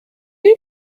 you